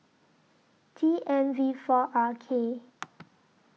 T M V four R K